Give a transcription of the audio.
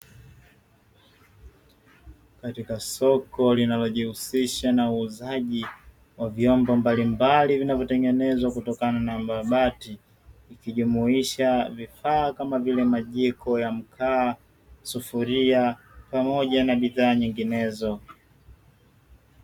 Katika soko linalojihusisha nanuuzaji wa vyombo mbalimbali vimavyotengenezws kutokana na mbao au bati, ikijumuisha vifaa kama vile majiko ya mkaa, sufuria pamoja na bidhaa nyinginezo.